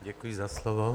Děkuji za slovo.